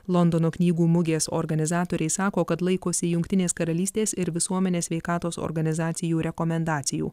londono knygų mugės organizatoriai sako kad laikosi jungtinės karalystės ir visuomenės sveikatos organizacijų rekomendacijų